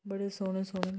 बड़े सोह्ने सोह्ने